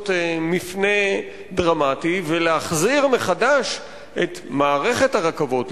מפנה דרמטי ולהחזיר מחדש את מערכת הרכבות,